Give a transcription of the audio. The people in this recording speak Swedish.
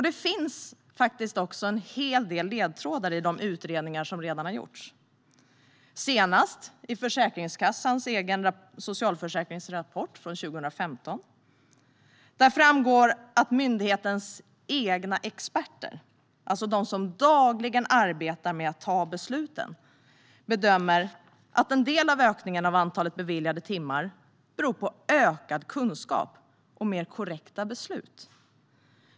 Det finns en hel del ledtrådar i de utredningar som redan har gjorts, senast i Försäkringskassans egen socialförsäkringsrapport från 2015. Där framgår att myndighetens egna experter - de som dagligen arbetar med att fatta beslut - bedömer att en del av ökningen av antalet beviljade timmar beror på ökad kunskap och mer korrekta beslut.